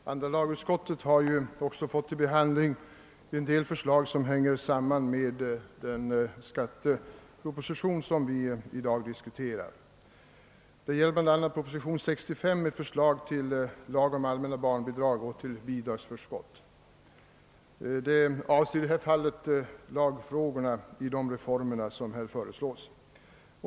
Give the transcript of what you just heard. Herr talman! Andra lagutskottet har också fått i uppgift att behandla en del förslag som har samband med den skatteproposition som vi i dag diskuterar, nämligen propositionen 65 med förslag till ändringar i lagen om allmänna barnbidrag och i lagen om bidragsförskott. Vad som i detta sammanhang tas upp är de lagtekniska delarna av reformerna.